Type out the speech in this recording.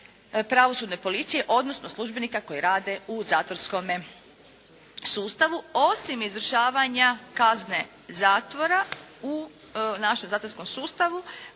Pravosudne policije, odnosno službenika koji rade u zatvorskome sustavu. Osim izvršavanja kazne zatvora u našem zatvorskom sustavu